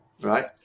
Right